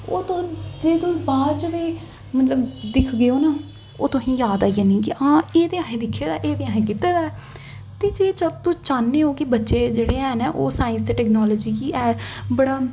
ओह् तुस जे ओह् बाद च बी दिक्खगे ओ ना ओह् तुसें गी याद आई जानी हां एह् ते असें दिक्खे दा ऐ एह् असें कीते दा ऐ ते जे तुस चाह्ने ओ कि बच्चे ऐन ओह् साईंस ते टैक्नालजी गी बड़ा